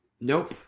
nope